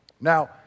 Now